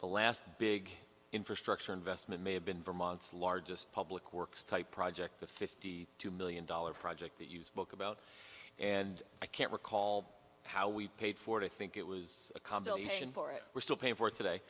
the last big infrastructure investment may have been vermont's largest public works type project the fifty two million dollars project that used book about and i can't recall how we paid for it i think it was a combination for it we're still paying for it today